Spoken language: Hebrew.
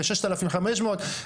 לששת אלפים חמש מאות.